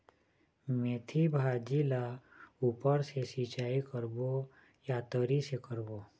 मेंथी भाजी ला ऊपर से सिचाई करबो या तरी से करबो?